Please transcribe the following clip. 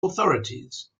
authorities